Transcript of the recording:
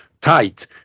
tight